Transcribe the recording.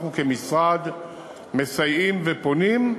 אנחנו כמשרד מסייעים ופונים,